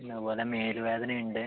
പിന്നെ അതുപോല മേല് വേദന ഉണ്ട്